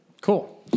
cool